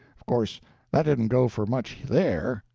of course that didn't go for much there,